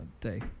day